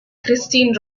christine